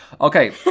Okay